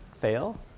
fail